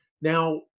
Now